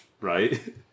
Right